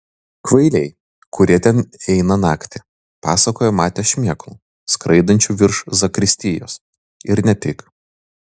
kvailiai kurie ten eina naktį pasakoja matę šmėklų skraidančių virš zakristijos ir ne tik